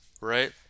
right